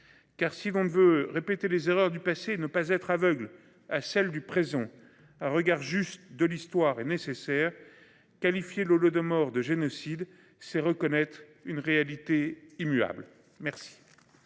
Car si on ne veut répéter les erreurs du passé et ne pas être aveugle à celle du présent ah regard juste de l'histoire est nécessaire. Qualifié l'Holodomor de génocide, c'est reconnaître une réalité immuable. Merci.